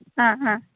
ആ ആ